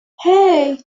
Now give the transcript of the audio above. hey